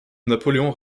napoléon